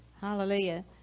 Hallelujah